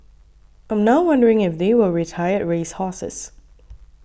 I'm now wondering if they were retired race horses